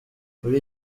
muri